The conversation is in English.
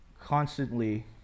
constantly